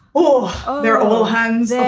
oh. oh, they're all hands